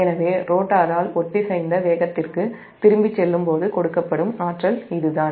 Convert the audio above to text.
எனவே ரோட்டரால் ஒத்திசைந்த வேகத்திற்குத் திரும்பிச் செல்லும்போது கொடுக்கப்படும் ஆற்றல் இதுதான்